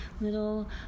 little